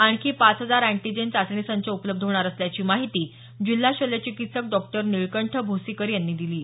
आणखी पाच हजार अँटीजेन चाचणी संच उपलब्ध होणार असल्याची माहिती जिल्हा शल्य चिकित्सक डॉक्टर निळकंठ भोसीकर यांनी दिली आहे